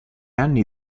anni